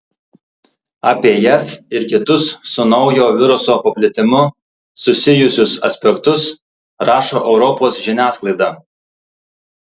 apie jas ir kitus su naujo viruso paplitimu susijusius aspektus rašo europos žiniasklaida